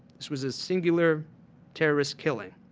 this was a singular terrorist killing.